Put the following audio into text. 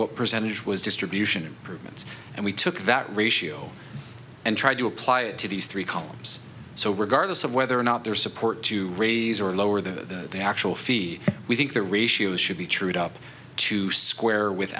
what percentage was distribution improvements and we took that ratio and tried to apply it to these three columns so regardless of whether or not their support to raise or lower the actual fee we think the ratios should be trued up to square with